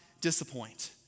disappoint